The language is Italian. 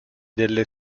delle